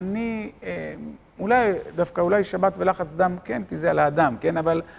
אני אולי, דווקא אולי שבת ולחץ דם כן כי זה על האדם, כן, אבל...